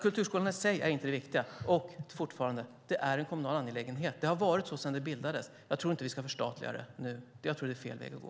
Kulturskolan i sig är inte det viktiga. Det är fortfarande en kommunal angelägenhet. Det har varit så sedan det bildades. Jag tror inte att vi ska förstatliga det nu. Jag tror att det är fel väg att gå.